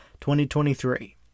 2023